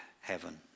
heaven